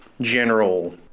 general